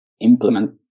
implement